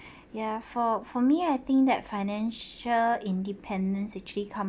ya for for me I think that financial independence actually come